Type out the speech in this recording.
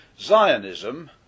Zionism